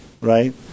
Right